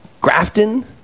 Grafton